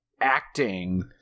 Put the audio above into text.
acting